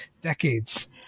decades